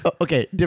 Okay